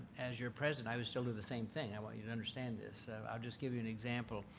as your president, i would still do the same thing. i want you to understand this so i'll just give you an example.